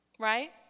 Right